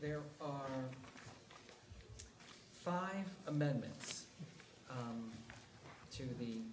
there are five amendments to the